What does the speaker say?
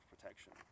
protection